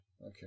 Okay